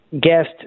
guest